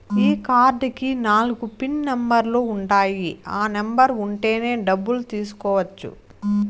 ఈ కార్డ్ కి నాలుగు పిన్ నెంబర్లు ఉంటాయి ఆ నెంబర్ ఉంటేనే డబ్బులు తీసుకోవచ్చు